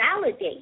validate